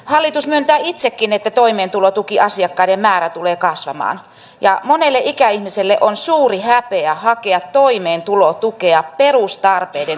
hallitus myöntää itsekin että toimeentulotukiasiakkaiden määrä tulee katsomaan ja hannele ikäihmiselle on suuri häpeä hakea toimeentulotukea perustarpeiden